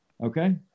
Okay